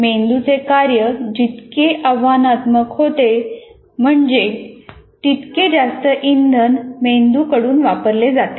मेंदूचे कार्य जितके आव्हानात्मक होते म्हणजे तितके जास्त इंधन मेंदूकडून वापरले जाते